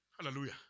Hallelujah